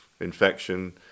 infection